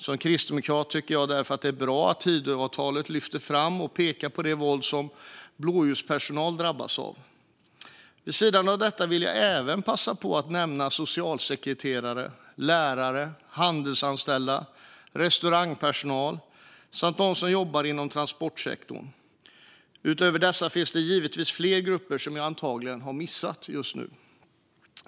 Som kristdemokrat tycker jag därför att det är bra att Tidöavtalet lyfter fram och pekar på det våld som blåljuspersonal drabbas av. Vid sidan av detta vill jag även passa på att nämna socialsekreterare, lärare, handelsanställda, restaurangpersonal och dem som jobbar inom transportsektorn. Utöver dessa finns det givetvis fler grupper som jag antagligen har missat.